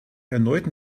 erneuten